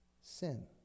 sin